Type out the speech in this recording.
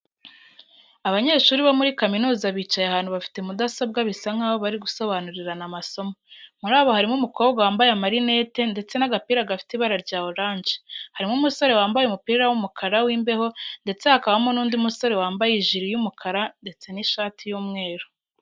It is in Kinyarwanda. Abanyeshuri bo muri kaminuza bicaye ahantu bafite mudasobwa bisa nkaho bari gusobanurirana amasomo. Muri bo harimo umukobwa wambaye amarinete ndetse n'agapira gafite ibara rya oranje, harimo umusore wambaye umupira w'umukara w'imbeho ndetse hakabamo n'undi musore wambaye ijire y'umukara ndetse n'ishati y'umweru.